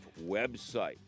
website